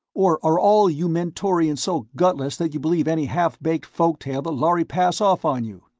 or are all you mentorians so gutless that you believe any half-baked folk tale the lhari pass off on you?